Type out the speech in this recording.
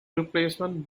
replacement